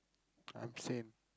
I'm same